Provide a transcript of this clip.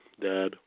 Dad